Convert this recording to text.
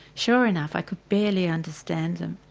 sure enough i could barely understand them.